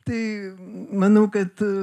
tai manau kad